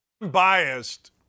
Biased